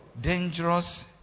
dangerous